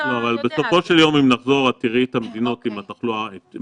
אבל בסופו של דבר 200 מטורקיה,